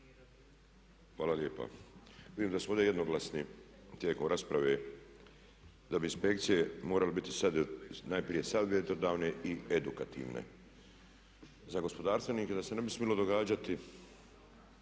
Hvala lijepa. Vidim da smo ovdje jednoglasni tijekom rasprave, da bi inspekcije morale biti sad najprije savjetodavne i edukativne. Za gospodarstvenike da se ne bi smjelo događati